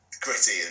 Gritty